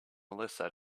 melissa